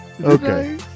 Okay